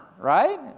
right